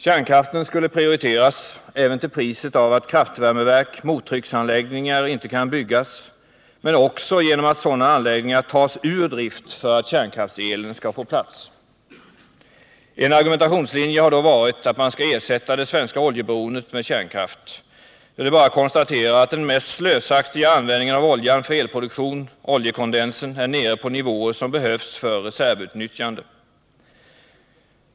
Kärnkraften skulle prioriteras även till priset av att kraftvärmeverk och mottrycksanläggningar inte kan byggas, men också genom att sådana anläggningar tas ur drift för att kärnkraftselen skall få plats. En argumentationslinje har då varit att man skall ersätta det svenska oljeberoendet med kärnkraft. Jag vill bara konstatera att den mest slösaktiga användningen av oljan för elproduktion, oljekondensen, är nere på nivåer som behövs för reservutnyttjande.